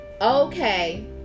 Okay